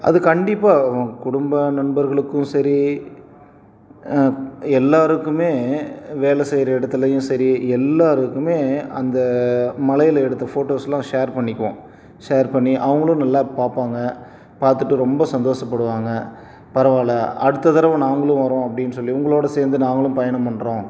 அது கண்டிப்பாக குடும்ப நண்பர்களுக்கும் சரி எல்லோருக்குமே வேலை செய்கிற இடத்துலையும் சரி எல்லோருக்குமே அந்த மலையில் எடுத்த போட்டோஸ்லாம் ஷேர் பண்ணிக்குவோம் ஷேர் பண்ணி அவங்களும் நல்லா பார்ப்பாங்க பார்த்துட்டு ரொம்ப சந்தோஷப்படுவாங்க பரவாயில்ல அடுத்த தடவ நாங்களும் வரோம் அப்படின்னு சொல்லி உங்களோடு சேர்ந்து நாங்களும் பயணம் பண்றோம்